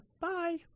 Bye